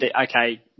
Okay